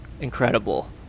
Incredible